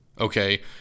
okay